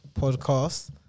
podcast